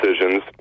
decisions